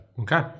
okay